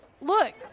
look